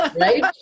Right